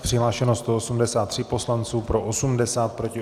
Přihlášeno 183 poslanců, pro 80, proti 87.